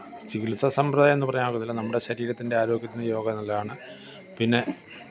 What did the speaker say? ചികിത്സാസമ്പ്രദായമെന്നു പറയാനൊക്കത്തില്ല നമ്മുടെ ശരീരത്തിന്റെ ആരോഗ്യത്തിന് യോഗാ നല്ലതാണ് പിന്നെ